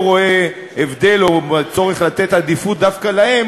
לא רואה הבדל או צורך לתת עדיפות דווקא להם